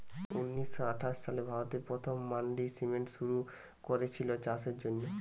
ঊনিশ শ আঠাশ সালে ভারতে প্রথম মান্ডি সিস্টেম শুরু কোরেছিল চাষের জন্যে